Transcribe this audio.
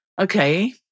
okay